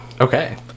Okay